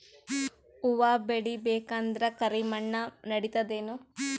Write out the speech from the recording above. ಹುವ ಬೇಳಿ ಬೇಕಂದ್ರ ಕರಿಮಣ್ ನಡಿತದೇನು?